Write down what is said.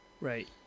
Right